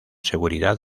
seguridad